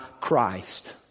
Christ